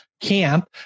camp